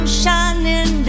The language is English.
shining